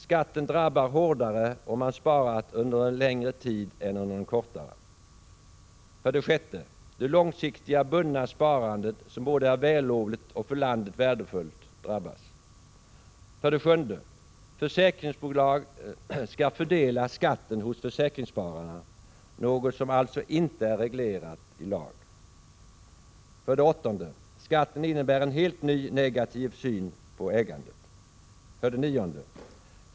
Skatten drabbar hårdare om man har sparat under en längre tid än om man har sparat under en kortare tid. 6. Detlångsiktiga bundna sparandet — som både är vällovligt och för landet värdefullt — drabbas. 7. Försäkringsbolagen skall fördela skatten hos försäkringsspararna, något som inte är reglerat i lag. 8. Skatten innebär en helt ny negativ syn på ägandet. 9.